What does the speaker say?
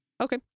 Okay